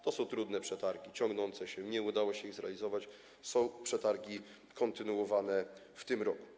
To są trudne przetargi, ciągnące się, nie udało się ich zrealizować, przetargi są kontynuowane w tym roku.